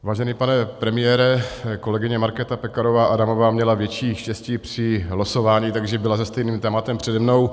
Vážený pane premiére, kolegyně Markéta Pekarová Adamová měla větší štěstí při losování, takže byla se stejným tématem přede mnou.